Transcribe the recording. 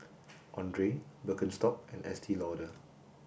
Andre Birkenstock and Estee Lauder